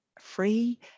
free